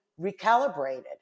recalibrated